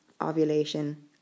ovulation